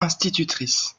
institutrice